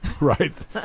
right